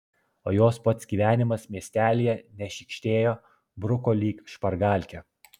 o jos pats gyvenimas miestelyje nešykštėjo bruko lyg špargalkę